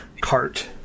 cart